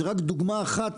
זו רק דוגמה אחת,